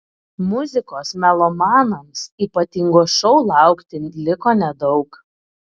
muzikos melomanams ypatingo šou laukti liko nedaug